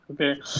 Okay